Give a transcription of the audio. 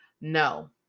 no